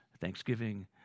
thanksgiving